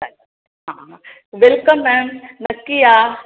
हां welcome ma'am नक्की या